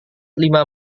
lima